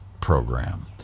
Program